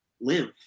live